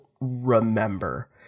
remember